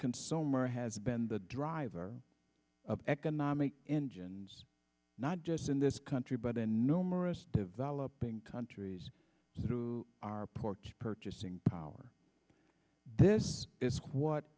consumer has been the driver of economic engines not just in this country but the numerous developing countries through our ports purchasing power this is what